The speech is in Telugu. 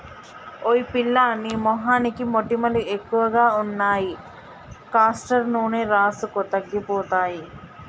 ఓయ్ పిల్లా నీ మొహానికి మొటిమలు ఎక్కువగా ఉన్నాయి కాస్టర్ నూనె రాసుకో తగ్గిపోతాయి